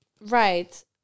right